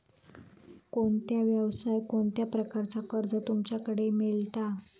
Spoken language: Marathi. कोणत्या यवसाय कोणत्या प्रकारचा कर्ज तुमच्याकडे मेलता?